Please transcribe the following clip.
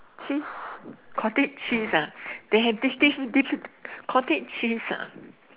cheese cottage cheese ah they have this this cottage cheese